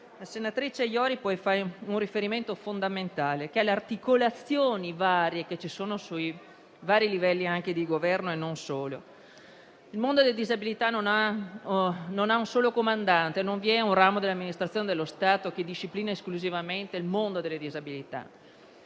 La senatrice Iori ha fatto poi un riferimento fondamentale alle articolazioni presenti nei vari livelli di governo e non solo. Il mondo delle disabilità non ha un solo comandante, non c'è un ramo dell'amministrazione dello Stato che disciplina esclusivamente il mondo delle disabilità.